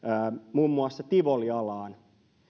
muun muassa tivolialaan